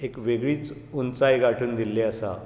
एक वेगळीच उंचाय गांठून दिल्ली आसा